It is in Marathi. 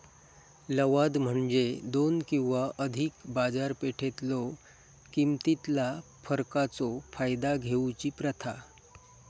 लवाद म्हणजे दोन किंवा अधिक बाजारपेठेतलो किमतीतला फरकाचो फायदा घेऊची प्रथा